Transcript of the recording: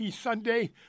Sunday